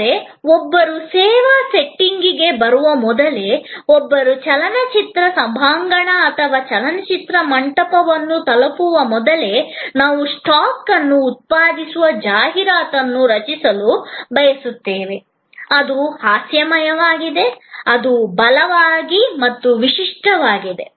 ಆದರೆ ಒಬ್ಬರು ಸೇವಾ ಸೆಟ್ಟಿಂಗ್ಗೆ ಬರುವ ಮೊದಲೇ ಒಬ್ಬರು ಚಲನಚಿತ್ರ ಸಭಾಂಗಣ ಅಥವಾ ಚಲನಚಿತ್ರ ಮಂಟಪವನ್ನು ತಲುಪುವ ಮೊದಲೇ ನಾವು ಸ್ಟಾಕ್ ಅನ್ನು ಉತ್ಪಾದಿಸುವ ಜಾಹೀರಾತನ್ನು ರಚಿಸಲು ಬಯಸುತ್ತೇವೆ ಅದು ಹಾಸ್ಯಮಯವಾಗಿದೆ ಅದು ಬಲವಾಗಿ ಮತ್ತು ವಿಶಿಷ್ಟವಾಗಿದೆ